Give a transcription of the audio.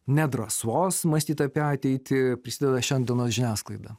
nedrąsos mąstyt apie ateitį prisideda šiandienos žiniasklaida